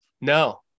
No